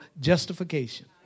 justification